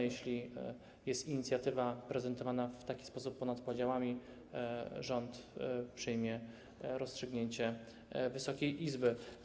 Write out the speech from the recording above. Jeśli ta inicjatywa jest prezentowana w taki sposób - ponad podziałami - to rząd przyjmie rozstrzygnięcie Wysokiej Izby.